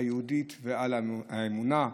היהודית ועל האמונה.